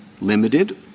limited